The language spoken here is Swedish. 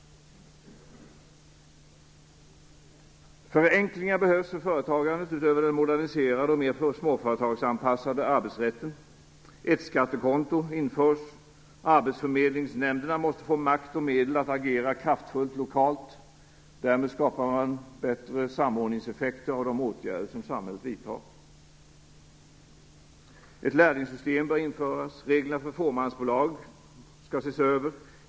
Förenklingar behövs för företagandet utöver den moderniserade och mer företagsanpassade arbetsrätten. Ett skattekonto införs. Arbetsförmedlingsnämnderna måste få makt och medel att agera kraftfullt lokalt. Därmed skapas bättre samordningseffekter av de åtgärder som samhället vidtar. Ett lärlingssystem bör införas. Reglerna för fåmansbolag skall ses över.